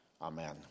Amen